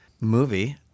movie